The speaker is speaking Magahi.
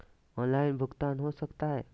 ऑनलाइन भुगतान हो सकता है?